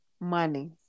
Money